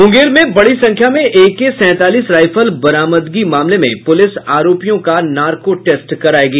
मूंगेर में बड़ी संख्या में एके सैंतालीस राइफल बरामदगी मामले में पूलिस आरोपियों का नार्को टेस्ट करायेगी